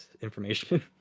information